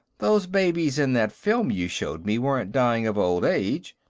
those babies in that film you showed me weren't dying of old age.